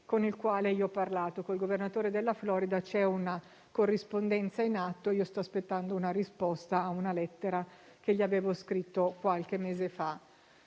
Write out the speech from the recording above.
con il quale ho parlato. Con il governatore della Florida c'è una corrispondenza in atto e sto aspettando una risposta a una lettera che gli avevo scritto qualche mese fa.